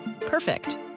Perfect